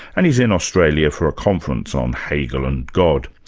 and he's in australia for a conference on hegel and god.